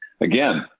Again